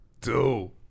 Two